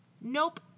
Nope